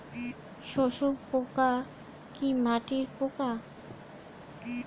শোষক পোকা কি মাটির পোকা?